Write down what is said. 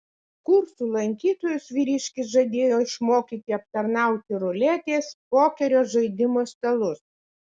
kursų lankytojus vyriškis žadėjo išmokyti aptarnauti ruletės pokerio žaidimo stalus